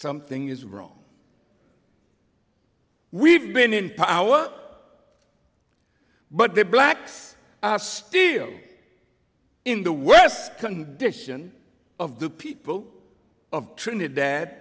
something is wrong we've been in power but the blacks are still in the worst condition of the people of trinidad